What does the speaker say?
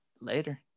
later